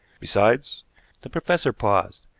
besides the professor paused.